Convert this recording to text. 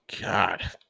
God